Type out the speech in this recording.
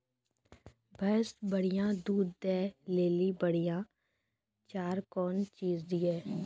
भैंस बढ़िया दूध दऽ ले ली बढ़िया चार कौन चीज दिए?